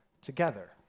together